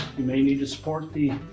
you may need to support the